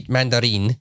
Mandarin